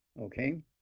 okay